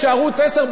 עד שסיימנו,